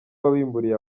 wabimburiye